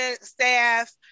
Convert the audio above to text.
staff